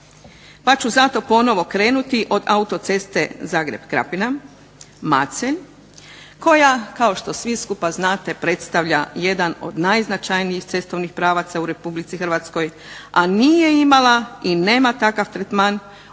Pa ću zato ponovno krenuti od autoceste Zagreb-Krapina-Macelj koja, kao što svi skupa znate, predstavlja jedan od najznačajnijih cestovnih pravaca u RH, a nije imala i nema takav tretman u